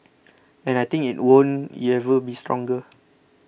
and I think it won't ever be stronger